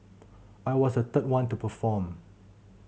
I was the third one to perform